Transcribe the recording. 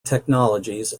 technologies